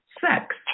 sex